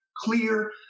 clear